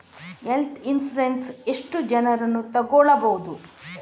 Health insurance ಎಷ್ಟು ಜನರನ್ನು ತಗೊಳ್ಬಹುದು?